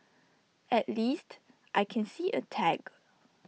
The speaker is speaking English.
at least I can see A tag